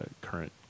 current